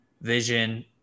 vision